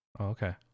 okay